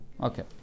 Okay